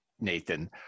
Nathan